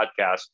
podcast